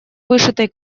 вышитой